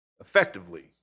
effectively